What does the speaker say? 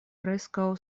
preskaŭ